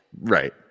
Right